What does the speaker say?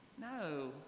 no